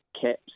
Caps